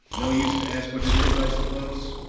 no use to ask what it is, i suppose?